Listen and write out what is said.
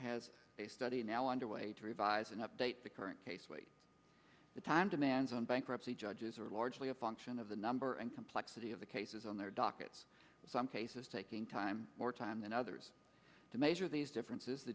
has a study now underway to revise and update the current case with the time demands on bankruptcy judges are largely a function of the number and complexity of the cases on their dockets some cases taking time more time than others to measure these differences the